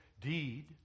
deed